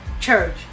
church